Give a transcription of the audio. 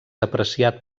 apreciat